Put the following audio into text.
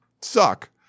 suck